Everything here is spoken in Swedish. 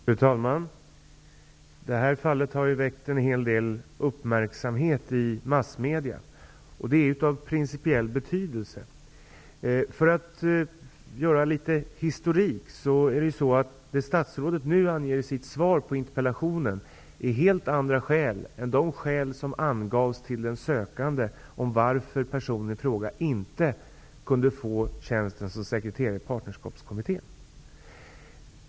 Fru talman! Det här fallet har väckt en hel del uppmärksamhet i massmedia, och det har principiell betydelse. För att ge litet historik, kan jag säga att de skäl som statsrådet nu anger i sitt svar på interpellationen är helt andra skäl än de som angavs för att personen i fråga inte kunde få tjänsten som sekreterare i Partnerskapskommittén.